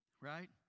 right